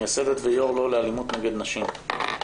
מייסדת ויו"ר "לא לאלימות נגד נשים".